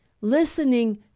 listening